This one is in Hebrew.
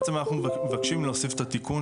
בעצם אנחנו מבקשים להוסיף את התיקון